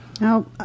Now